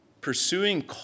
Pursuing